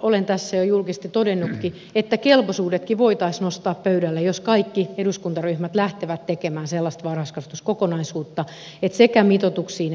olen tässä jo julkisesti todennutkin että kelpoisuudetkin voitaisiin nostaa pöydälle jos kaikki eduskuntaryhmät lähtevät tekemään sellaista varhaiskasvatuskokonaisuutta että sekä mitoituksiin että kelpoisuuksiin otettaisiin kantaa